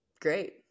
great